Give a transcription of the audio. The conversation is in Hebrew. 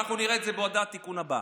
אנחנו נראה את זה בהודעת התיקון הבאה.